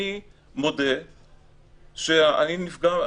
אני מודה שאני נפגע.